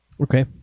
Okay